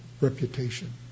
reputation